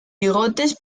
bigotes